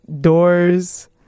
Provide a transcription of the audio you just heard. Doors